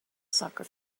soccer